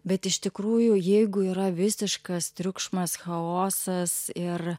bet iš tikrųjų jeigu yra visiškas triukšmas chaosas ir